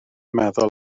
meddwl